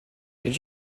did